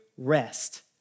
rest